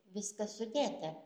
viskas sudėta